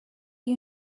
you